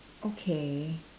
okay